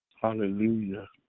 Hallelujah